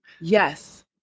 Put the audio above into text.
yes